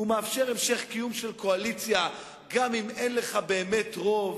הוא מאפשר המשך קיום של קואליציה גם אם אין לך באמת רוב.